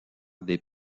des